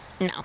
No